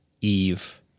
Eve